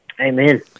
Amen